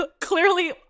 clearly